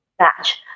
Match